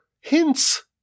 hints